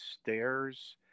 stairs